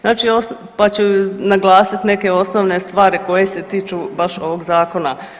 Znači, pa ću naglasiti neke osnovne stvari koje se tiču baš ovog zakona.